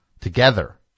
together